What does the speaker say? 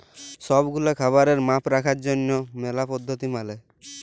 সব গুলা খাবারের মাপ রাখার জনহ ম্যালা পদ্ধতি মালে